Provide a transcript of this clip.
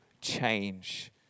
change